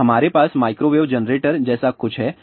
तो हमारे पास माइक्रोवेव जनरेटर जैसा कुछ है